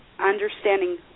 understanding